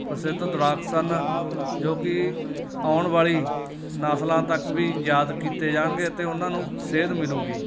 ਪ੍ਰਸਿੱਧ ਦੌੜਾਕ ਸਨ ਜੋ ਕਿ ਆਉਣ ਵਾਲੀ ਨਸਲਾਂ ਤੱਕ ਵੀ ਯਾਦ ਕੀਤੇ ਜਾਣਗੇ ਅਤੇ ਉਹਨਾਂ ਨੂੰ ਸੇਧ ਮਿਲੇਗੀ